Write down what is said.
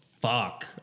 fuck